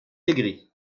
aigris